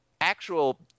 actual